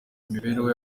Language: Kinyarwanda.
imibereho